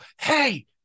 hey